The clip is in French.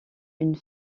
une